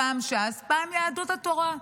פעם ש"ס, פעם יהדות התורה.